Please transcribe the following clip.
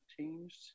changed